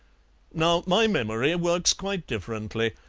now my memory works quite differently.